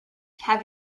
have